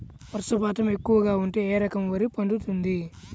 వర్షపాతం ఎక్కువగా ఉంటే ఏ రకం వరి పండుతుంది?